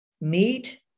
meat